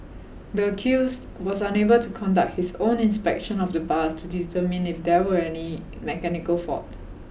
the accused was unable to conduct his own inspection of the bus to determine if there was any mechanical fault